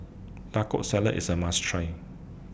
Taco Salad IS A must Try